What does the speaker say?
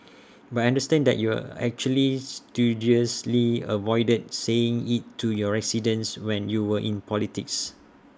but I understand that you actually studiously avoided saying IT to your residents when you were in politics